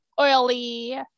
oily